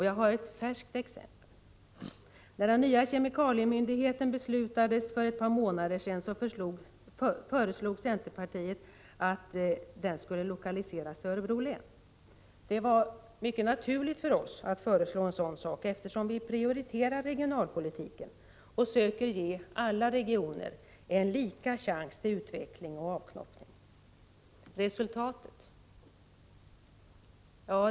Jag har ett färskt exempel: När den nya kemikaliemyndigheten beslutades för ett par månader sedan föreslog centerpartiet att den skulle lokaliseras till Örebro län. Det var mycket naturligt för oss att föreslå en sådan sak, eftersom vi prioriterar regionalpolitiken och söker ge alla regioner en lika chans till utveckling och ”avknoppning”. Vad blev resultatet?